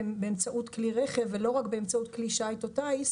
באמצעות כלי רכב ולא רק באמצעות כלי שיט או טיס,